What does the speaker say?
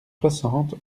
soixante